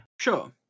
Sure